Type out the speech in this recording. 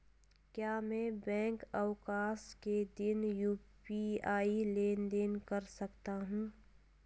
क्या मैं बैंक अवकाश के दिन यू.पी.आई लेनदेन कर सकता हूँ?